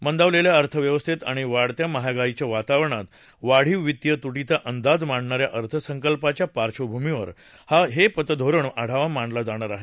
मंदावलेल्या अर्थव्यवस्थेत आणि वाढत्या महागाईच्या वातावरणात वाढीव वित्तीय तुटीचा अंदाज मांडणाऱ्या अर्थसंकल्पाच्या पार्श्वभूमीवर हा पतधोरण आढावा मांडला जाणार आहे